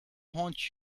haunt